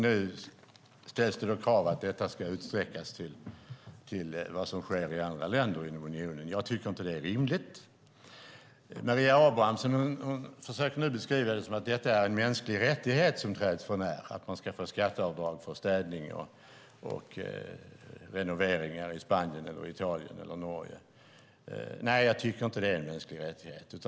Nu ställs det krav på att det ska utsträckas till att omfatta vad som sker i andra länder inom unionen. Jag tycker inte att det är rimligt. Maria Abrahamsson försöker beskriva detta som att det är en mänsklig rättighet, som nu träds för när, att man får göra skatteavdrag för städning och renoveringar i Spanien, Italien eller Norge. Nej, jag tycker inte det är en mänsklig rättighet.